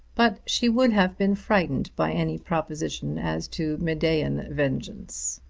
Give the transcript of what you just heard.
but she would have been frightened by any proposition as to medean vengeance.